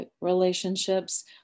relationships